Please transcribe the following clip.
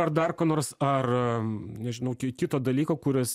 ar dar ko nors ar nežinau kito dalyko kuris